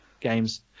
games